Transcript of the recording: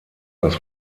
das